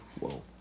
Whoa